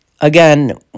again